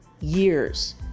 Years